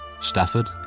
Stafford